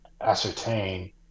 ascertain